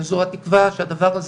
גם בבתי החולים במיליוני שקלים כל שנה,